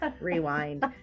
rewind